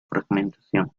fragmentación